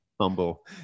Humble